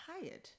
tired